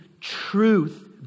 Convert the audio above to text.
truth